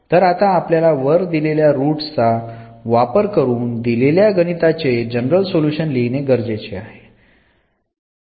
तर आता आपल्याला वर दिलेल्या रुट्स चा वापर करून दिलेल्या गणिताचे जनरल सोल्युशन लिहिणे गरजेचे आहे